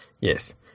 Yes